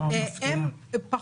הם,